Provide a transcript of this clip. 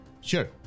Sure